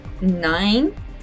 nine